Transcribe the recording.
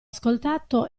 ascoltato